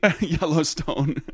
Yellowstone